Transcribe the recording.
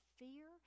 fear